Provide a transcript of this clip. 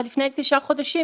אבל לפני תשעה חודשים,